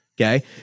Okay